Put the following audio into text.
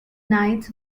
knights